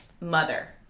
mother